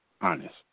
honest